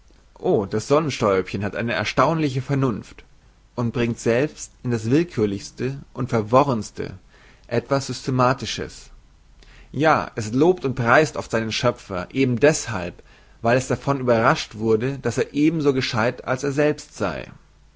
o das sonnenstäubchen hat eine erstaunliche vernunft und bringt selbst in das willkührlichste und verworrenste etwas systematisches ja es lobt und preiset oft seinen schöpfer eben deshalb weil es davon überrascht wurde daß er eben so gescheut als es selbst sei